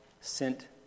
sent